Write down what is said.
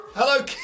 Hello